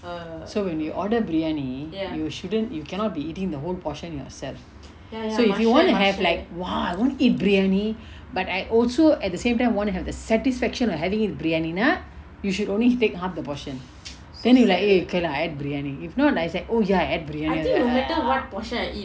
so when you order biryani you shouldn't you cannot be eating the whole portion yourself so if you want to have like !wah! I'm going to eat biryani but I also at the same time want to have the satisfaction of having briyani ah you should only take half the portion then you like eh okay lah I had briyani if not is like oh ya I ate briyani